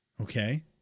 Okay